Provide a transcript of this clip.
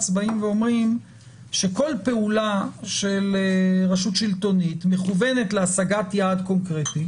אומרים שכל פעולה של רשות שלטונית מכוונת להשגת יעד קונקרטי